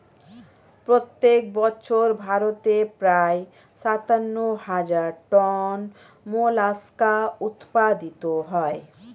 প্রত্যেক বছর ভারতে প্রায় সাতান্ন হাজার টন মোলাস্কা উৎপাদিত হয়